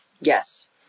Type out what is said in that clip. yes